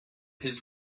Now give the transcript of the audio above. his